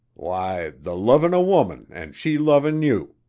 why, the loving a woman and she loving you,